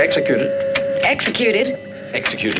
executed executed execute